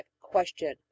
Question